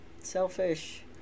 Selfish